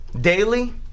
daily